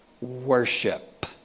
worship